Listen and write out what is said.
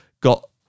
got